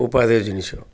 ଉପାଦେୟ ଜିନିଷ